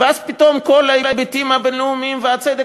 ואז פתאום כל ההיבטים הבין-לאומיים והצדק,